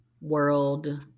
world